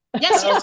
Yes